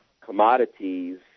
commodities